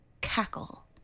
cackle